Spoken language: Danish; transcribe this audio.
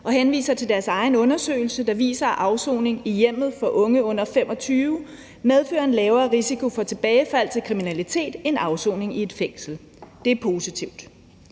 og henviser til deres egen undersøgelse, der viser, at afsoning i hjemmet for unge under 25 år medfører en lavere risiko for tilbagefald til kriminalitet end afsoning i et fængsel. Det er positivt.